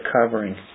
covering